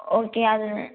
okay அது